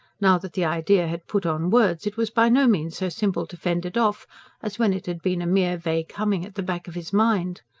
now that the idea had put on words, it was by no means so simple to fend it off as when it had been a mere vague humming at the back of his mind.